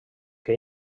que